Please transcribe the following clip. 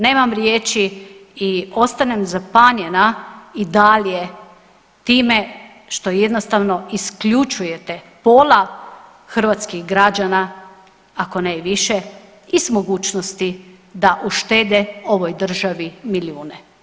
Nemam riječi i ostanem zapanjena i dalje time što jednostavno isključujete pola hrvatskih građana, ako ne i više i s mogućnosti da uštede ovoj državi milijune.